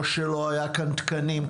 לא שהיו כאן תקנים.